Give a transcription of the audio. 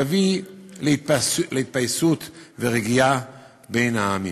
יביא להתפייסות ורגיעה בין העמים.